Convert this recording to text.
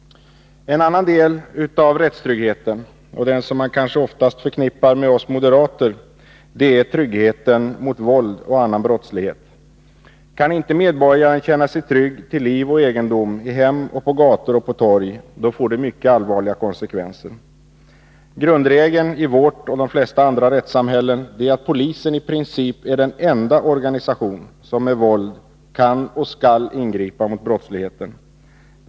En annan del av rättstryggheten och den som man kanske oftast förknippar med oss moderater är tryggheten mot våld och annan brottslighet. Kan inte medborgaren känna sig trygg till liv och egendom i hemmet och på gator och torg, får det mycket allvarliga konsekvenser. Grundregeln i vårt och de flesta andra rättssamhällen är att polisen i princip är den enda organisation som med våld kan och skall ingripa mot brottsligheten.